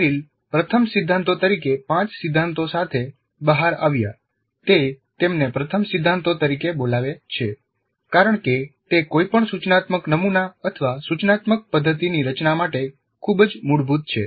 Merrill પ્રથમ સિદ્ધાંતો તરીકે પાંચ સિદ્ધાંતો સાથે બહાર આવ્યા તે તેમને પ્રથમ સિદ્ધાંતો તરીકે બોલાવે છે કારણ કે તે કોઈપણ સૂચનાત્મક નમુના અથવા સૂચનાત્મક પદ્ધતિની રચના માટે ખૂબ જ મૂળભૂત છે